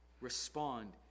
respond